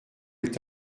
est